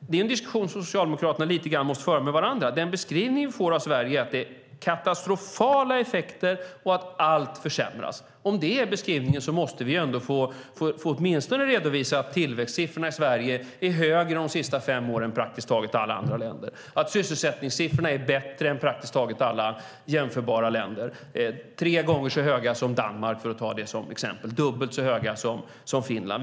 Det är en diskussion som Socialdemokraterna måste föra lite grann med varandra. Den beskrivning vi får av Sverige är att det är katastrofala effekter och att allt försämras. Om det är beskrivningen måste vi åtminstone få redovisa att tillväxtsiffrorna i Sverige de senaste fem åren är högre än i praktiskt taget alla andra länder. Sysselsättningssiffrorna är bättre än i praktiskt taget alla jämförbara länder. De är tre gånger så höga som i Danmark, för att ta det som ett exempel. De är dubbelt så höga som i Finland.